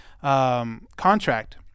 contract